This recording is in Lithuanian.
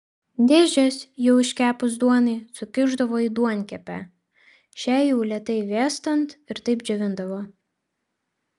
dėžes jau iškepus duonai sukišdavo į duonkepę šiai jau lėtai vėstant ir taip džiovindavo